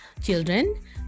Children